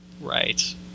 Right